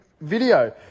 video